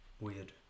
weird